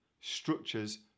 Structures